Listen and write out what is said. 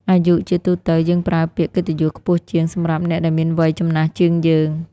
អាយុ ជាទូទៅ យើងប្រើពាក្យកិត្តិយសខ្ពស់ជាងសម្រាប់អ្នកដែលមានវ័យចំណាស់ជាងយើង។